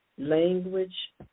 Language